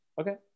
Okay